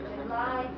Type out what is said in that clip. July